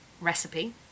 recipe